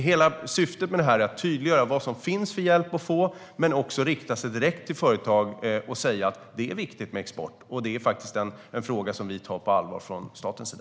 Hela syftet med detta är att tydliggöra vilken hjälp som finns att få och att rikta sig direkt till företag och säga: Det är viktigt med export, och det är faktiskt en fråga vi tar på allvar från statens sida.